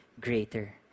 greater